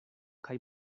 kaj